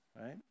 right